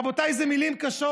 רבותיי, אלה מילים קשות.